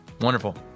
Wonderful